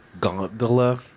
gondola